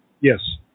Yes